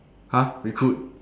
!huh! recruit